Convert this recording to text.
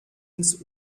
ins